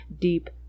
deep